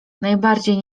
najbardziej